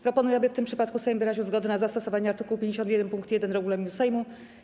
Proponuję, aby w tym przypadku Sejm wyraził zgodę na zastosowanie art. 51 pkt 1 regulaminu Sejmu.